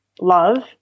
love